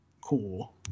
cool